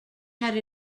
had